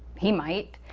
he might.